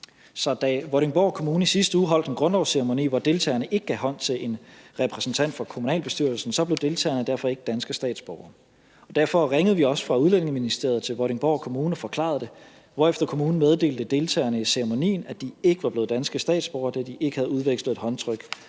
da Vordingborg Kommune i sidste uge holdt en grundlovsceremoni, hvor deltagerne ikke gav hånd til en repræsentant fra kommunalbestyrelsen, blev deltagerne derfor ikke danske statsborgere. Og derfor ringede vi også fra Udlændinge- og Integrationsministeriet til Vordingborg Kommune og forklarede det, hvorefter kommunen meddelte deltagerne i ceremonien, at de ikke var blevet danske statsborgere, da de ikke havde udvekslet et håndtryk